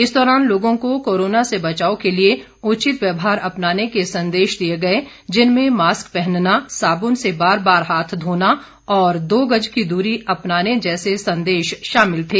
इस दौरान लोगों को कोरोना से बचाव के लिए उचित व्यवहार अपनाने के संदेश दिए गए जिनमें मास्क पहनना साबुन से बार बार हाथ धोना और दो गज की दूरी अपनाने जैसे संदेश शामिल थे